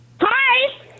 Hi